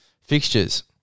fixtures